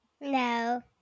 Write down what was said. No